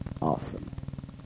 Awesome